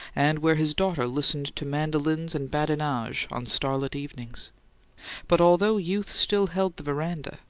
and where his daughter listened to mandolins and badinage on starlit evenings but, although youth still held the veranda,